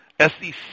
SEC